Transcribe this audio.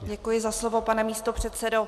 Děkuji za slovo, pane místopředsedo.